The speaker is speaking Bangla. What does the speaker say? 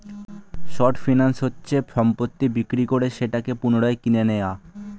শর্ট ফিন্যান্স মানে হচ্ছে সম্পত্তি বিক্রি করে সেটাকে পুনরায় কিনে নেয়া